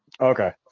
Okay